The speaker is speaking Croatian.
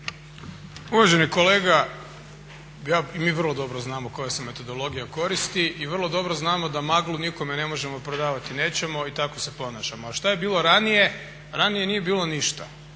Uvaženi kolega, mi vrlo dobro znamo koja se metodologija koristi i vrlo dobro znamo da maglu nikome ne možemo prodavati i nećemo i tako se ponašamo. A šta je bilo ranije? Ranije nije bilo ništa.